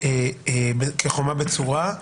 כחומה בצורה.